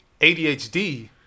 ADHD